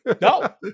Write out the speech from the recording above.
No